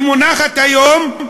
שמונחת היום,